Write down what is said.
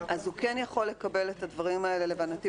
הוא כן יכול לקבל את הדברים האלה להבנתי,